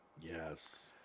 Yes